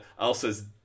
Elsa's